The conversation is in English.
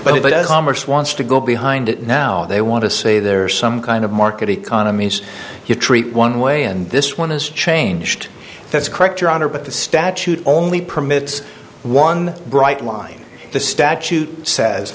amish wants to go behind it now they want to say there is some kind of market economies you treat one way and this one is changed that's correct your honor but the statute only permits one bright line the statute says